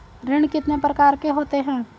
ऋण कितने प्रकार के होते हैं?